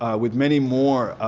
ah with many more